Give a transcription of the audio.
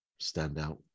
standout